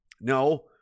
No